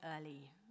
early